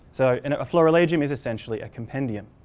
so in a florilegium is essentially a compendium.